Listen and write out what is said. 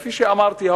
כפי שאמרתי,